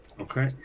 Okay